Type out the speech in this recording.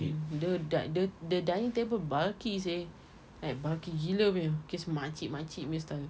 mm the din~ the dining table bulky seh like bulky gila punya kes makcik-makcik punya style